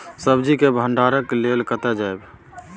सब्जी के भंडारणक लेल कतय जायब?